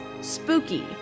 spooky